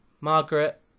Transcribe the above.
Margaret